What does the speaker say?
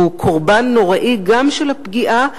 והוא קורבן נוראי גם של הפגיעה,